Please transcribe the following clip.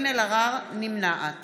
נמנעת